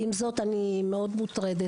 עם זאת אני מאוד מוטרדת,